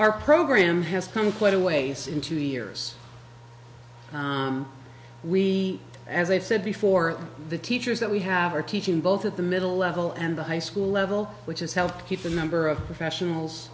our program has come quite a ways in two years we as i said before the teachers that we have are teaching both at the middle level and the high school level which is help keep the number of professionals